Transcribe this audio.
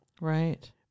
Right